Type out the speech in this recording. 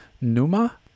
Numa